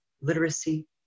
literacy